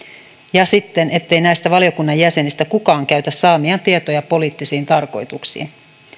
ja sitten se ettei näistä valiokunnan jäsenistä kukaan käytä saamiaan tietoja poliittisiin tarkoituksiin